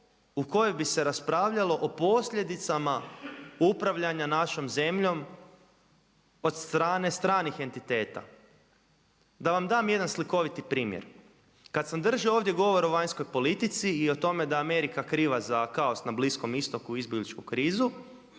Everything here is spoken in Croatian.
u kojoj bi se raspravljalo o posljedicama upravljanja našom zemljom od strane stranih entiteta. Da vam dam jedan slikoviti primjer. Kada sam držao ovdje govor o vanjskoj politici i o tome da je Amerika kriva za kaos na Bliskom Istoku i izbjegličku krizu,